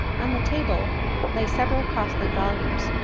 on the table lay several costly volumes,